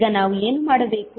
ಈಗ ನಾವು ಏನು ಮಾಡಬೇಕು